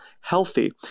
healthy